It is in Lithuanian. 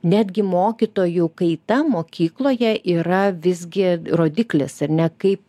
netgi mokytojų kaita mokykloje yra visgi rodiklis ar ne kaip